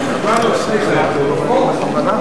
התרבות והספורט נתקבלה.